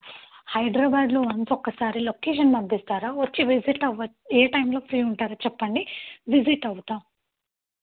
హైదరాబాదులో వన్స్ ఒక్కసారి లొకేషన్ పంపిస్తారా వచ్చి విసిట్ అవ్వ ఏ టైమ్లో ఫ్రీ ఉంటారో చెప్పండి విసిట్ అవుతాం